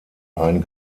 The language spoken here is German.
ein